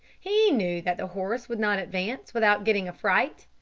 he knew that the horse would not advance without getting a fright,